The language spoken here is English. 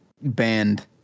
band